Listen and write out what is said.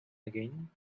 again